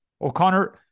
O'Connor